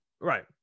Right